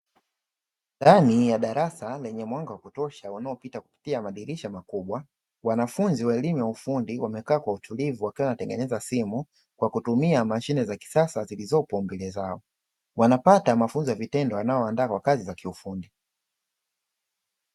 Ndani ya darasa lenye mwanga wa kutosha unaopita kupitia madirisha makubwa, wanafunzi wa elimu ya ufundi wamekaa kwa utulivu wakiwa wanatengeneza simu kwa kutumia mashine za kisasa zilizopo mbele zao wanapata mafunzo ya vitendo yanayowaandaa kwa kazi za kiufundi.